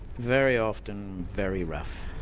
very often very rough.